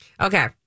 Okay